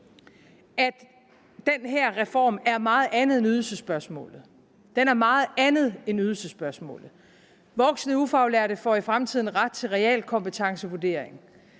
at den her reform er meget andet end ydelsesspørgsmålet – den er meget andet end ydelsesspørgsmålet. Voksne ufaglærte får i fremtiden ret til realkompetencevurdering.